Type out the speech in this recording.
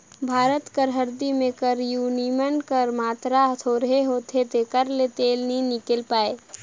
भारत कर हरदी में करक्यूमिन कर मातरा थोरहें होथे तेकर ले तेल नी हिंकेल पाए